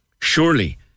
Surely